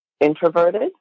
introverted